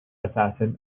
assassin